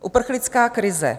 Uprchlická krize.